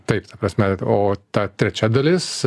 taip ta prasme o ta trečia dalis